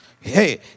Hey